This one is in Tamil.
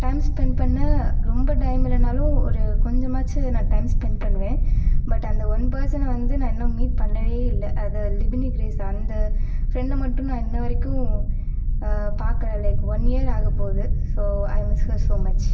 டைம் ஸ்பென்ட் பண்ண ரொம்ப டைம் இல்லைனாலும் ஒரு கொஞ்சமாச்சி நான் டைம் ஸ்பென்ட் பண்ணுவேன் பட் அந்த ஒன் பர்சன்னை வந்து நான் இன்னும் மீட் பண்ணவே இல்லை அது லிபிணிகிரேஸ் அந்த ஃப்ரெண்டை மட்டும் நான் இன்ன வரைக்கும் பார்க்கல லைக் ஒன் இயர் ஆகபோகுது so I'm miss her so much